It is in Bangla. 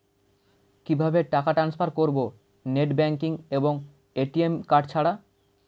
কিভাবে টাকা টান্সফার করব নেট ব্যাংকিং এবং এ.টি.এম কার্ড ছাড়া?